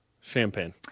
champagne